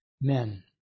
men